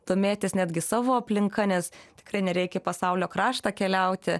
domėtis netgi savo aplinka nes tikrai nereikia į pasaulio kraštą keliauti